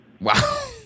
Wow